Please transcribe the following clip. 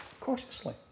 cautiously